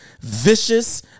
vicious